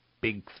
big